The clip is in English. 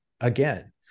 again